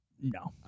No